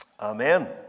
Amen